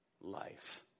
life